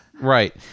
right